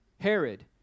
Herod